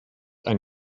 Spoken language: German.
ein